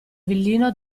villino